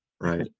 Right